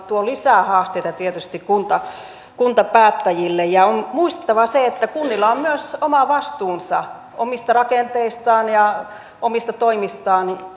tuo lisää haasteita tietysti kuntapäättäjille ja on muistettava se että kunnilla on myös oma vastuunsa omista rakenteistaan ja omista toimistaan